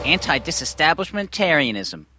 Anti-disestablishmentarianism